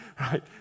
Right